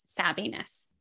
savviness